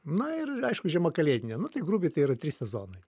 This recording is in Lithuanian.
na ir aišku žiema kalėdinė nu tai grubiai tai yra trys sezonai